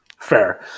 Fair